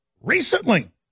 recently